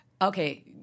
Okay